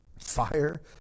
fire